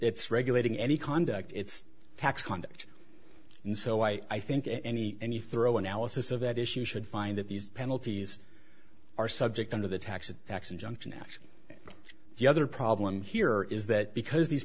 's regulating any conduct it's tax conduct and so i think any any thorough analysis of that issue should find that these penalties are subject under the tax a tax injunction actually the other problem here is that because these